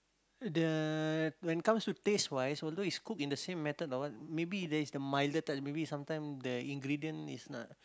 the when comes to taste wise although it's cooked in the same method or what maybe there is the milder type maybe it's sometimes the ingredient is not